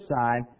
side